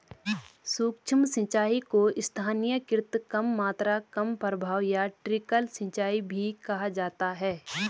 सूक्ष्म सिंचाई को स्थानीयकृत कम मात्रा कम प्रवाह या ट्रिकल सिंचाई भी कहा जाता है